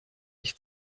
ich